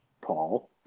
Paul